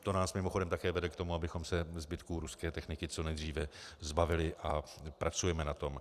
To nás mimochodem také vede k tomu, abychom se zbytku ruské techniky co nejdříve zbavili, a pracujeme na tom.